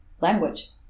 language